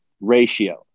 ratio